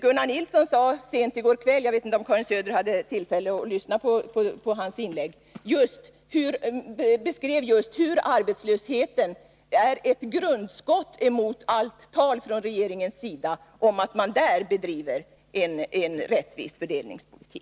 Gunnar Nilsson beskrev sent i går kväll — jag vet inte om Karin Söder hade tillfälle att lyssna på hans inlägg — hur arbetslösheten är ett grundskott mot allt regeringens tal om att man bedriver en rättvis fördelningspolitik.